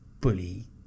bully